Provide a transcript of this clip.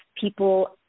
people